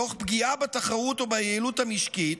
תוך פגיעה בתחרות וביעילות המשקית,